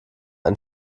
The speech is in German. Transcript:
ein